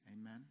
Amen